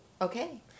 Okay